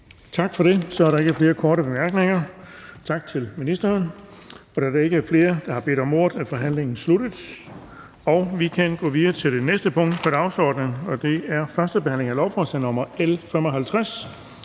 Tak for det. Så er der ikke flere korte bemærkninger. Tak til ministeren. Da der ikke er flere, der har bedt om ordet, er forhandlingen sluttet. --- Det næste punkt på dagsordenen er: 13) 1. behandling af lovforslag nr. L 55: